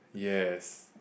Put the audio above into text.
yes